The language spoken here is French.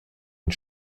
une